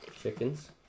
chickens